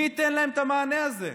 מי ייתן להם את המענה הזה?